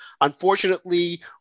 Unfortunately